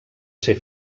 ser